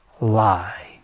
lie